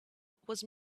was